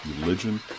religion